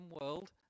world